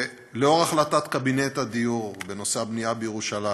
לאור החלטת קבינט הדיור בנושא הבנייה בירושלים,